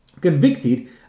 Convicted